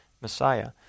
Messiah